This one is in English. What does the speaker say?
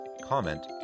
comment